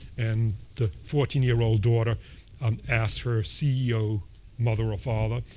and the fourteen year old daughter um asks her ceo mother or father,